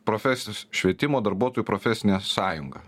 profesijos švietimo darbuotojų profesinė sąjunga